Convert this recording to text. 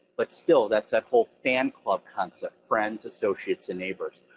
but still, that's that whole fan club concept, friends, associates, and neighbors.